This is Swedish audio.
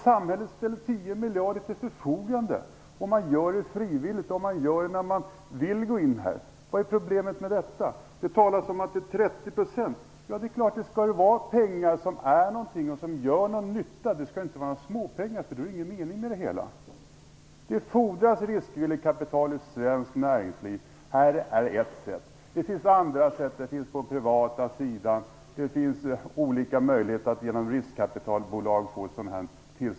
Samhället ställer 10 miljarder till förfogande, och det är frivilligt att gå in i det. Jag förstår inte vad som är problemet med det. Det talas om 30 %. Det skall ju vara pengar som gör nytta. Det skall inte vara småpengar. Då är det ingen mening med det hela. Det fordras riskvilligt kapital i svenskt näringsliv. Det här är ett sätt att tillföra det. Det finns andra sätt att få tillskott på den privata sidan, t.ex. genom riskkapitalbolag.